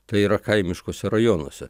tai yra kaimiškuose rajonuose